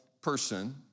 person